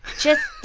just